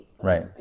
Right